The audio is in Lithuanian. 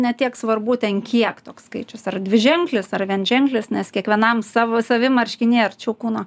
ne tiek svarbu ten kiek toks skaičius ar dviženklis ar vienženklis nes kiekvienam savo savi marškiniai arčiau kūno